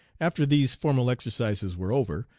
after these formal exercises were over,